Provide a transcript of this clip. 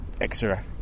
extra